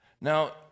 Now